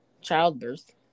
childbirth